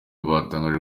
batangaje